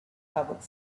public